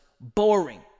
boring